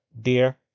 Dear